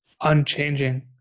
unchanging